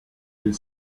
les